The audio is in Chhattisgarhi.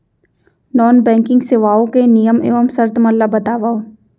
नॉन बैंकिंग सेवाओं के नियम एवं शर्त मन ला बतावव